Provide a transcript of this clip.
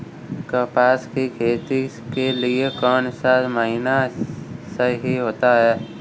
कपास की खेती के लिए कौन सा महीना सही होता है?